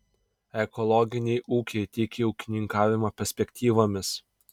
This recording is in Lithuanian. ekologiniai ūkiai tiki ūkininkavimo perspektyvomis